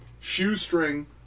shoestring